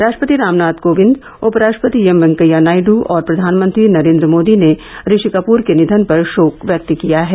राष्ट्रपति रामनाथ कोविंद उपराष्ट्रपति एम वैकेया नायडू और प्रधानमंत्री नरेन्द्र मोदी ने ऋषि कपूर के निधन पर शोक व्यक्त किया है